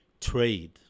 trade